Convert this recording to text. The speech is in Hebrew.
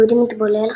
יהודי מתבולל,